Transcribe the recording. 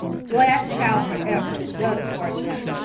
glasgow forever, dunbar never.